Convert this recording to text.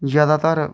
जादातर